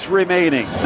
remaining